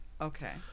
Okay